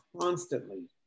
constantly